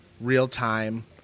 real-time